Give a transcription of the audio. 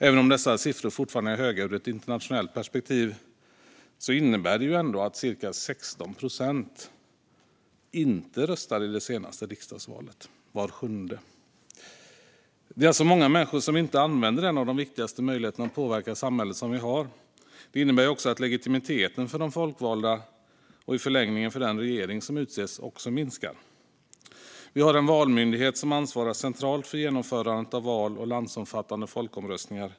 Även om siffran fortfarande är hög ur ett internationellt perspektiv innebär det ändå att cirka 16 procent, var sjunde röstberättigad, inte röstade i det senaste riksdagsvalet. Det är alltså många människor som inte använder en av de viktigaste möjligheterna att påverka samhället som vi har. Det innebär också att legitimiteten för de folkvalda och i förlängningen för den regering som utses också minskar. Vi har en valmyndighet som ansvarar centralt för genomförandet av val och landsomfattande folkomröstningar.